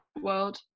world